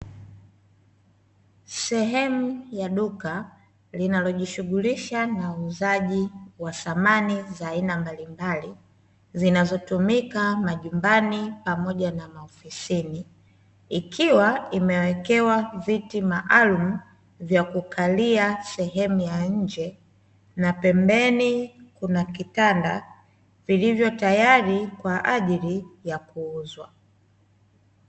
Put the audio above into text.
Sehemu ya duka linalojishughulisha na uuzaji wa samani za aina mbalimbali zinazotumika majumbani pamoja na maofisini. ikiwa imewekewa viti maalumu, vya kukalia sehemu ya nje na pembeni kuna kitanda vilivyo tayari kwa kuuzwa.